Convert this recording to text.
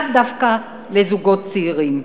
לאו דווקא לזוגות צעירים.